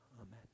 Amen